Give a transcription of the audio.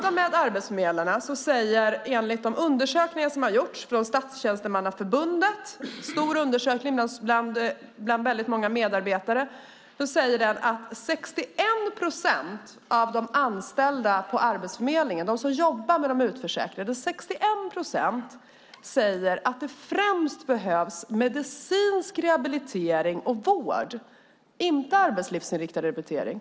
En stor undersökning har gjorts av Statstjänstemannaförbundet bland många medarbetare på Arbetsförmedlingen. Enligt denna undersökning säger 61 procent av de anställda på Arbetsförmedlingen som jobbar med de utförsäkrade att det främst behövs medicinsk rehabilitering och vård, inte arbetslivsinriktad rehabilitering.